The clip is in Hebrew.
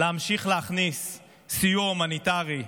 להמשיך להכניס סיוע הומניטרי,